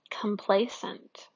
complacent